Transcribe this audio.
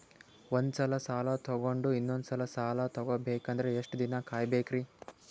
ಒಂದ್ಸಲ ಸಾಲ ತಗೊಂಡು ಇನ್ನೊಂದ್ ಸಲ ಸಾಲ ತಗೊಬೇಕಂದ್ರೆ ಎಷ್ಟ್ ದಿನ ಕಾಯ್ಬೇಕ್ರಿ?